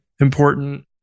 important